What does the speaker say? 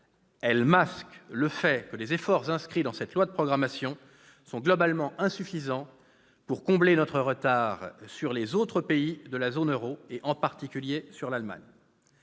elle masque le fait que les efforts inscrits dans cette loi de programmation sont globalement insuffisants pour combler notre retard sur les autres pays de la zone euro, et en particulier sur l'Allemagne.